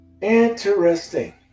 Interesting